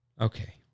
Okay